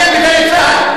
אומר: אנחנו לא יכולים,